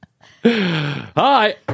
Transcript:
Hi